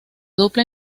dupla